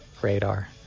Radar